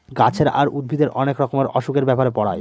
গাছের আর উদ্ভিদের অনেক রকমের অসুখের ব্যাপারে পড়ায়